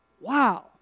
Wow